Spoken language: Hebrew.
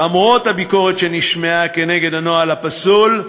למרות הביקורת שנשמעה נגד הנוהג הפסול,